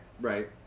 right